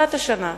בהתחלת השנה,